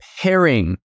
pairing